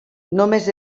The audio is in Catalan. només